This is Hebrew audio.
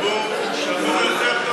שמור יותר טוב